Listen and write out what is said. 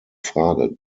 frage